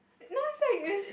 no it's like it's